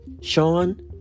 Sean